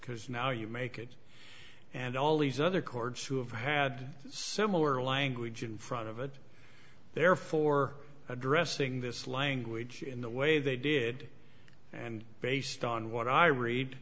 because now you make it and all these other courts who have had similar language in front of it therefore addressing this language in the way they did and based on what i read